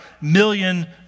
million